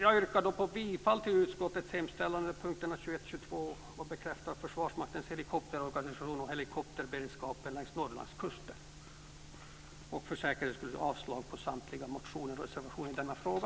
Jag yrkar bifall till utskottets hemställan beträffande punkterna 21 och 22 beträffande Försvarsmaktens helikopterorganisation och helikopterberedskapen längs Norrlandskusten och för säkerhets skull avslag på samtliga reservationer i denna fråga.